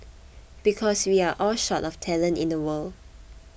because we are all short of talent in the world